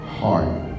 heart